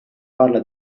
parla